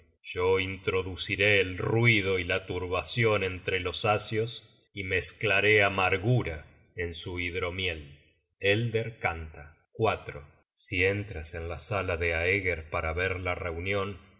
yo introduciré el ruido y la turbacion entre los asios y mezclaré amargura en su hidromiel content from google book search generated at elder canta si entras en la sala de aeger para ver la reunion